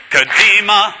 Kadima